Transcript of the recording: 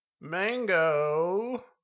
Mango